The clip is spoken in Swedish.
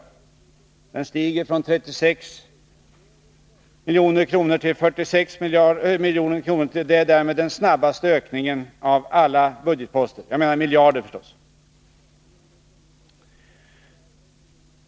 Den Onsdagen den stiger från 36 miljarder kronor till 46 miljarder kronor; det är därmed den = 15 december 1982 snabbaste ökningen av alla budgetposter.